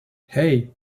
hey